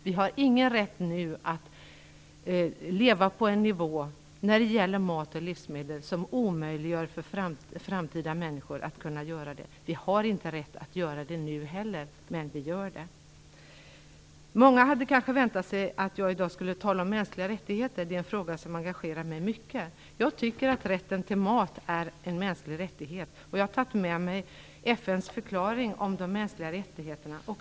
Vi har ingen rätt nu att leva på en nivå när det gäller mat och livsmedel som omöjliggör för framtidens människor att kunna göra det. Vi har inte rätt att göra det nu heller, men vi gör det. Många hade kanske väntat sig att jag i dag skulle tala om mänskliga rättigheter - det är en fråga som engagerar mig mycket. Jag tycker att rätten till mat är en mänsklig rättighet. Jag har tagit med mig FN:s förklaring om de mänskliga rättigheterna.